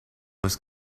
was